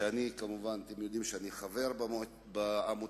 שאני חבר בה.